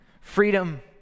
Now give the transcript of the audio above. freedom